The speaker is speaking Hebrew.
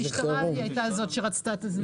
המשטרה הייתה זאת שרצתה את זמן אמת.